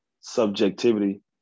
subjectivity